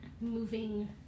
moving